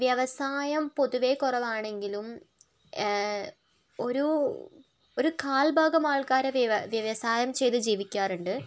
വ്യവസായം പൊതുവേ കുറവാണെങ്കിലും ഒരു ഒരു കാൽഭാഗമാൾക്കാര് വ്യവസായം ചേയ്ത് ജീവിക്കാറുണ്ട്